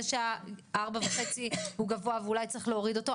כשהן מעודכנות למחירי שנת 2021 לפי שיעורי העדכון לאותן שנים,